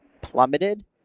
plummeted